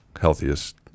healthiest